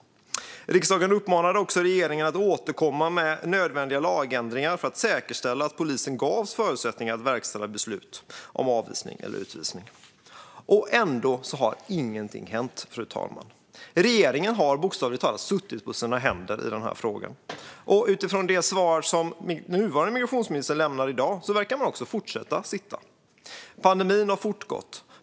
Riksdagen uppmanade också regeringen att återkomma med nödvändiga lagändringar för att säkerställa att polisen gavs förutsättningar att verkställa beslut om avvisning eller utvisning. Ändå har ingenting hänt, fru talman. Regeringen har bokstavligt talat suttit på sina händer i frågan. Utifrån det svar som nuvarande migrationsministern lämnade i dag verkar man också fortsätta att sitta. Pandemin har fortgått.